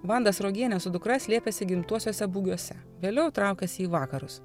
vanda sruogienė su dukra slėpėsi gimtuosiuose būgiuose vėliau traukėsi į vakarus